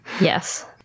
Yes